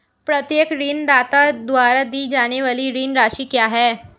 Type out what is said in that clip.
प्रत्येक ऋणदाता द्वारा दी जाने वाली ऋण राशि क्या है?